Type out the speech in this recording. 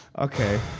okay